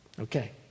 Okay